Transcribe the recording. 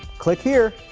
click here.